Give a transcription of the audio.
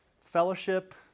Fellowship